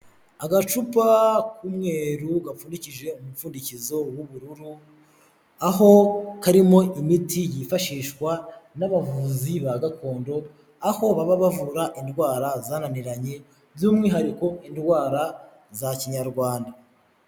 Agacupa k'umweru gapfuje umupfundikizo w'ubururu, aho karimo imiti yifashishwa n'abavuzi ba gakondo, aho baba bavura indwara zananiranye by'umwihariko indwara za kinyarwanda.